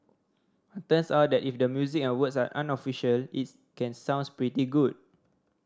turns out that if the music and words are unofficial it can sounds pretty good